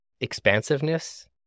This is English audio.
expansiveness